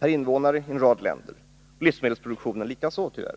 per invånare har minskat i en rad länder, livsmedelsproduktionen likaså — tyvärr.